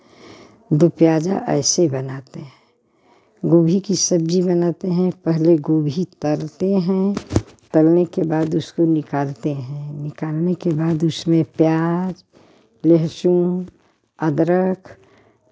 दो प्याजा ऐसे बनाते हैं गोभी की सब्जी बनाते हैं पहले गोभी तलते हैं तलने के बाद उसको निकालते हैं निकालने के बाद उसमें प्याज लहसुन अदरक